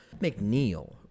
McNeil